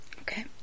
Okay